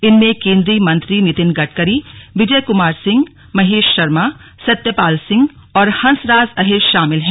इनमें केन्द्रीय मंत्री नितिन गडकरी विजय कुमार सिंह महेश शर्मा सत्यपाल सिंह और हंसराज अहीर शामिल हैं